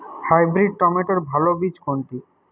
Hybrid টমেটোর ভালো বীজ কোনটি?